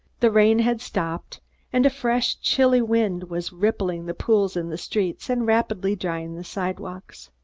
the rain had stopped and a fresh chilly wind was rippling the pools in the streets and rapidly drying the sidewalks.